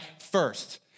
first